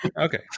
okay